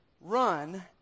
run